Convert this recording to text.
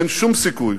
אין שום סיכוי